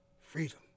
Freedom